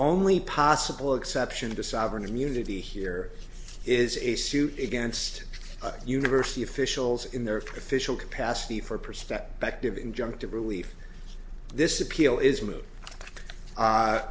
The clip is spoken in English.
only possible exception to sovereign immunity here is a suit against university officials in their official capacity for perspective injunctive relief this appeal is